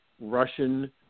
Russian